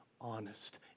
honest